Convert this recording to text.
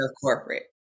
corporate